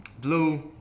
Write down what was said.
blue